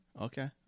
Okay